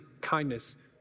kindness